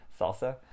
Salsa